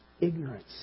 ignorance